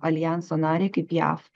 aljanso narei kaip jav